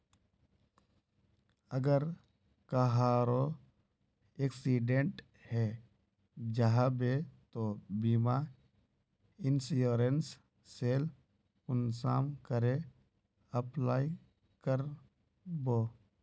अगर कहारो एक्सीडेंट है जाहा बे तो बीमा इंश्योरेंस सेल कुंसम करे अप्लाई कर बो?